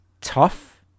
tough